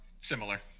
similar